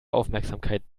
aufmerksamkeit